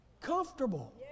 comfortable